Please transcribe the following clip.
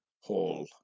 Hall